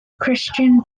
christian